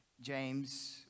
James